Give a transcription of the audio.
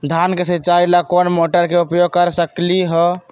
धान के सिचाई ला कोंन मोटर के उपयोग कर सकली ह?